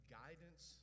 guidance